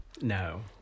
No